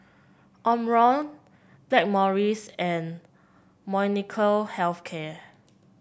Omron Blackmores and Molnylcke Health Care